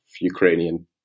Ukrainian